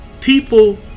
People